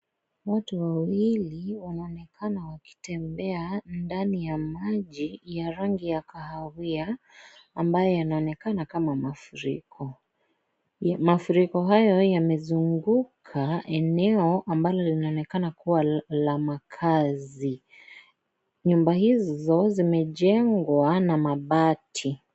Watu wawili wanaonekana wakitembea ndani ya maji ya rangi ya kahawia, ambaye yanaonekana kama mafuriko. Mafuriko hayo yamezunguka eneo ambalo linaonekana kuwa la makazi. Nyumba hizo zimejengwa na mabati.